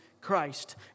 Christ